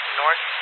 north